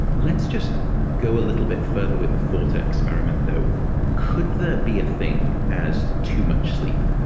let's just go a little bit further with the thought experiment though could there be a thing as too much sleep?